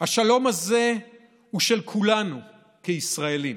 השלום הזה הוא של כולנו כישראלים.